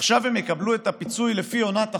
עכשיו הם יקבלו את הפיצוי לפי עונת החורף,